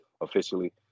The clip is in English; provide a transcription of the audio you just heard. officially